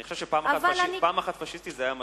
אני חושב שפעם אחת "פאשיסטי" זה היה מספיק.